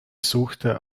suchte